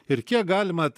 ir kiek galima